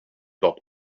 dot